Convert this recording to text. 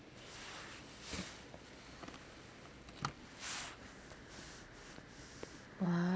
!wow!